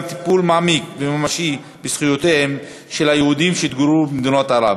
טיפול מעמיק וממשי בזכויותיהם של היהודים שהתגוררו ברבבותיהם במדינות ערב.